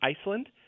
Iceland